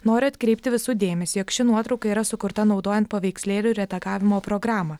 noriu atkreipti visų dėmesį jog ši nuotrauka yra sukurta naudojant paveikslėlių redagavimo programą